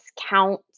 discount